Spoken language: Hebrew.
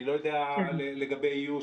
אני לא יודע לגבי איוש,